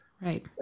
Right